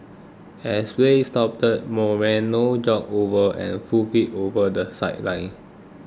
as play stopped Moreno jogged over and hoofed it over the sideline